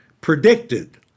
predicted